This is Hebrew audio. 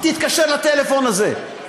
תתקשר לטלפון הזה.